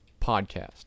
Podcast